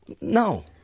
No